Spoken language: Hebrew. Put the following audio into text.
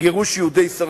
גירוש יהודי ספרד,